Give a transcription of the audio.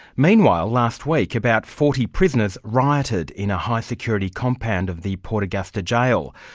meanwhile, last week, about forty prisoners rioted in a high security compound of the port augusta jail.